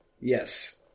Yes